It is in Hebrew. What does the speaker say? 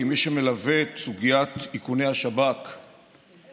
כמי שמלווה את סוגיית איכוני השב"כ מתחילתה,